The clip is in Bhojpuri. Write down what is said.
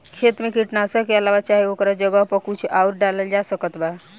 खेत मे कीटनाशक के अलावे चाहे ओकरा जगह पर कुछ आउर डालल जा सकत बा?